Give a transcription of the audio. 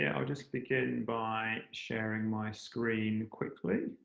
yeah, i'll just begin by sharing my screen quickly.